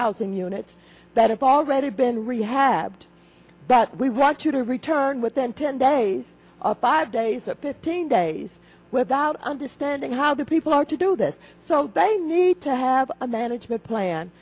housing units that have already been rehabbed that we want you to return within ten days of five days or fifteen days without understanding how the people are to do this so they need to have a management plan